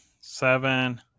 Seven